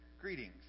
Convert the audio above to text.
Greetings